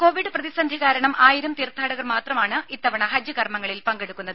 Covid പ്രതിസന്ധി കാരണം ആയിരം തീർഥാടകർ മാത്രമാണ് ഇത്തവണ ഹജ്ജ് കർമങ്ങളിൽ പങ്കെടുക്കുന്നത്